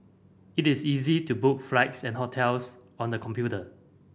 it is easy to book flights and hotels on the computer